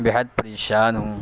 بےحد پریشان ہوں